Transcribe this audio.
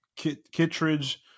Kittridge